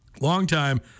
longtime